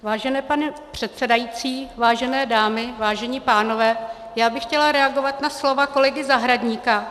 Vážený pane předsedající, vážené dámy, vážení pánové, já bych chtěla reagovat na slova kolegy Zahradníka.